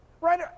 right